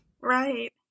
Right